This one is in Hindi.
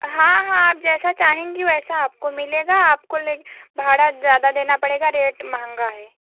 हाँ हाँ आप जैसा चाहेंगी वैसा आपको मिलेगा आपको लेकिन भाड़ा ज़्यादा देना पड़ेगा रेट महँगा है